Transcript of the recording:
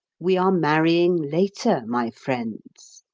we are marrying later, my friends.